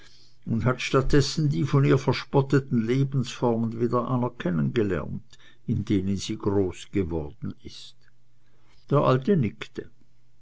und hat statt dessen die von ihr verspotteten lebensformen wieder anerkennen gelernt in denen sie großgeworden ist der alte nickte